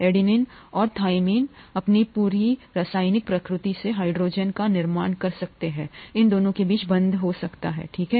adenine और thymine अपनी बहुत ही रासायनिक प्रकृति से हाइड्रोजन का निर्माण कर सकते हैं इन दोनों के बीच बंधन ठीक है